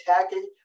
attacking